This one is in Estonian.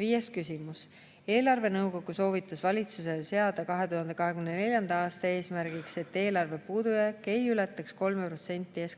Viies küsimus: "Eelarvenõukogu soovitas valitsusele seada 2024. aastaks eesmärgiks, et eelarvepuudujääk ei ületaks 3 protsenti